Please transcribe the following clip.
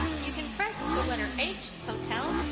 you can press the letter h, hotel,